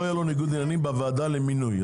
לא יהיה לו ניגוד עניינים בוועדה למינוי,